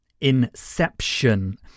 Inception